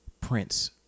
Prince